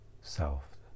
self